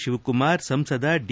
ಶಿವಕುಮಾರ್ ಸಂಸದ ಡಿ